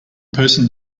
person